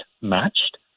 matched